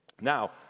Now